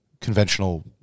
conventional